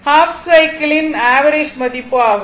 half சைக்கிளின் average மதிப்பு ஆகும்